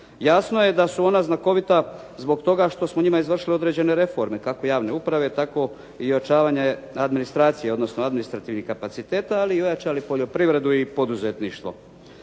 Jasno je da su ona znakovita zbog toga što smo njima izvršili određene reforme, kako javne uprave tako i jačanje administracije odnosno administrativnih kapaciteta, ali i ojačali poljoprivredu i poduzetništvo.